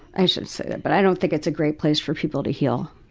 i shouldn't say it, but i don't think it's a great place for people to heal.